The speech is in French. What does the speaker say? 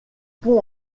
pond